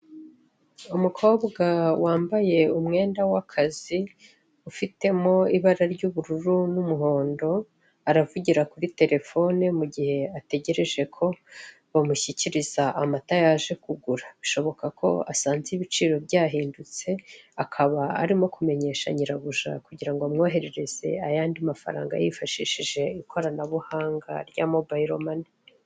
Umukobwa wambaye umwenda w'akazi ufitemo ibara ry'ubururu n'umuhondo, aravugira kuri terefone mu gihe ategereje ko bamushyikiriza amata yaje kugura, birashoboka ko asanze ibiciro byahindutse akaba arimo kumenyesha nyirabuja kugira ngo amwoherereza ayandi mafaranga yifashishije ikoranabuhanga rya mobayiromani.